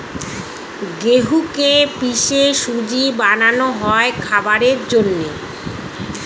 গেহুকে পিষে সুজি বানানো হয় খাবারের জন্যে